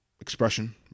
expression